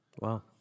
Wow